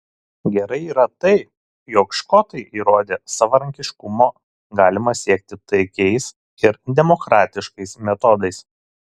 gerai yra tai jog škotai įrodė savarankiškumo galima siekti taikiais ir demokratiškais metodais